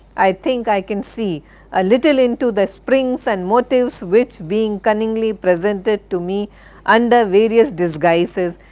i think i can see a little into the springs and motives which being cunningly presented to me under various disguises,